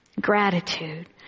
Gratitude